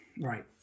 right